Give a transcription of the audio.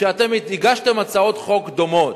שאתם הגשתם הצעות חוק דומות.